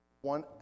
one